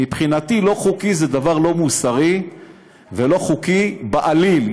מבחינתי, לא חוקי זה דבר לא מוסרי ולא חוקי בעליל.